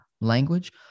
language